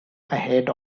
ahead